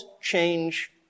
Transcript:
change